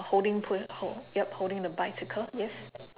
holding pu~ hold yup holding the bicycle yes